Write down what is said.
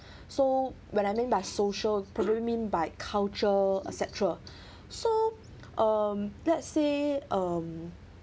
so when I mean by social probably mean by culture etcetera so um let's say um